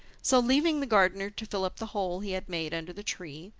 so leaving the gardener to fill up the hole he had made under the tree,